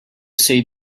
say